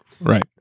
right